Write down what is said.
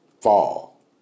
fall